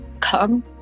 come